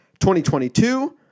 2022